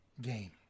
game